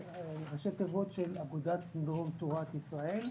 - "אגודת סינדרום טורט ישראל",